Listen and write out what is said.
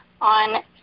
on